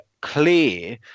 clear